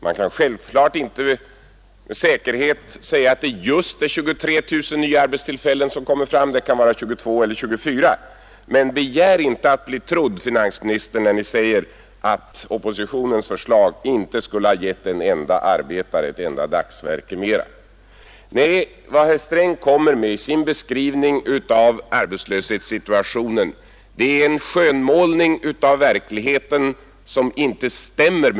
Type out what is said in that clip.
Man kan självklart inte med säkerhet säga att det just skulle ha blivit 23 000 nya arbetstillfällen — det kanske skulle ha blivit 22 000 eller 24 000. Men finansministern kan inte begära att han skall bli trodd, när han säger, att oppositionens förslag inte skulle ha gett en enda arbetare ett enda dagsverke mera. Vad herr Sträng kommer med i sin beskrivning av arbetslöshetssituationen är en skönmålning av verkligheten som inte stämmer.